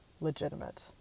legitimate